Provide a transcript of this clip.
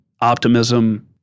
optimism